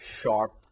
sharp